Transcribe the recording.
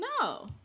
no